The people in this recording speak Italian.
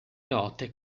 note